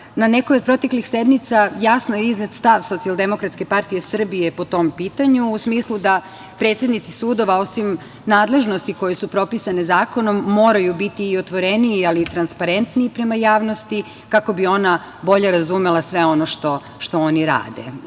na nekoj od proteklih sednica jasno je iznet stav Socijaldemokratske partije Srbije po tom pitanju, u smislu da predsednici sudova osim nadležnosti koje su propisane zakonom moraju biti i otvoreniji ali i transparentniji prema javnosti kako bi ona bolje razumela sve ono što oni